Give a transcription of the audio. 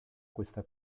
questa